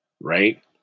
right